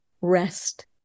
rest